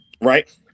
Right